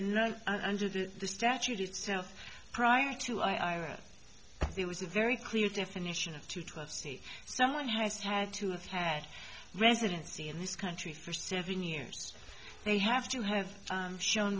not under the statute itself prior to ira there was a very clear definition of two twelve states someone has had to have had residency in this country for seven years they have to have shown